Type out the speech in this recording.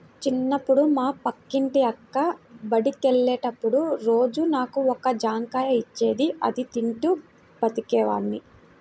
చిన్నప్పుడు మా పక్కింటి అక్క బడికెళ్ళేటప్పుడు రోజూ నాకు ఒక జాంకాయ ఇచ్చేది, అది తింటూ బడికెళ్ళేవాడ్ని